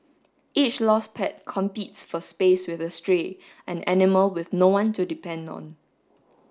each lost pet competes for space with a stray an animal with no one to depend on